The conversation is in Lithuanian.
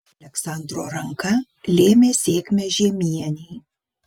aleksandro ranka lėmė sėkmę žiemienei